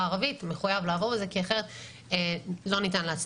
הערבית מחויבת לעבור את זה כי אחרת לא ניתן להצדיק.